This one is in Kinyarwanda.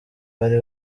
bari